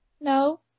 No